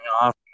off